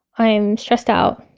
i'm stressed out.